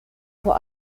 vor